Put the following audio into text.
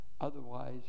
Otherwise